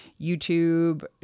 YouTube